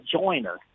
joiner